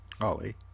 Ollie